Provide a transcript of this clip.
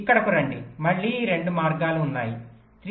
ఇక్కడకు రండి మళ్ళీ 2 మార్గాలు ఉన్నాయి 3